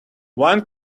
one